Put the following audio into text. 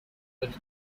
but